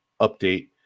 update